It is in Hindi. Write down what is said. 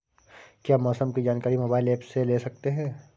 क्या मौसम की जानकारी मोबाइल ऐप से ले सकते हैं?